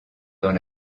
dans